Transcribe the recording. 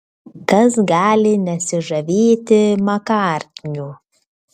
kas gali nesižavėti makartniu